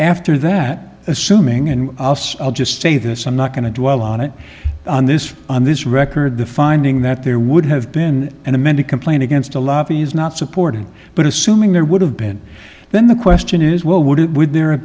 after that assuming and us i'll just say this i'm not going to dwell on it on this on this record the finding that there would have been an amended complaint against a law is not supported but assuming there would have been then the question is well would it would there have